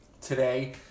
today